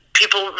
people